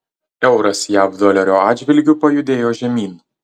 euras jav dolerio atžvilgiu pajudėjo žemyn